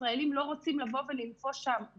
ישראלים לא רוצים לנפוש שם,